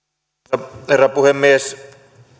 arvoisa herra puhemies